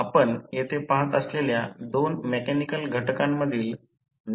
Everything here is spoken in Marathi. तर प्रयोगशाळेत प्रवाह मूल्य मोजण्यासाठी ते मीटर नसू शकतात